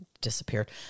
disappeared